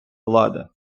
влади